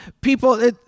people